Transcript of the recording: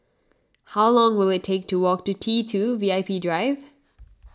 how long will it take to walk to T two V I P Drive